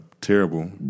terrible